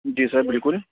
جی sir بالکل